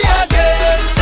again